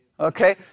Okay